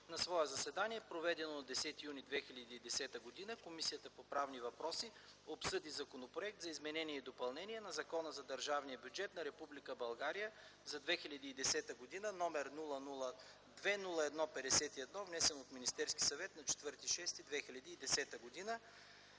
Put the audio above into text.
„На свое заседание, проведено на 10 юни 2010 г., Комисията по правни въпроси обсъди Законопроект за изменение и допълнение на Закона за държавния бюджет на Република България за 2010 г., № 002-01-51, внесен от Министерския съвет на 4 юни 2010 г.